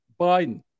Biden